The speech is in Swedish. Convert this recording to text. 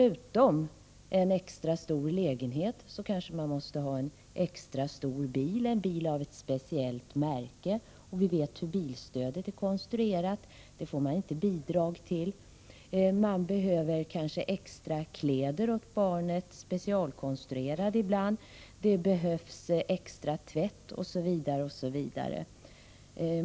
Utöver en extra stor lägenhet kanske man måste ha en extra stor bil eller en bil av ett speciellt märke — och vi vet hur bilstödet är konstruerat, där får man inga bidrag. Man behöver kanske extra kläder åt barnet, ibland specialkonstruerade. Det behövs extra tvättning osv.